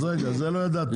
את זה לא ידעתי.